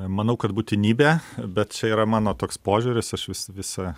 manau kad būtinybė bet čia yra mano toks požiūris aš vis visą